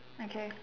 okay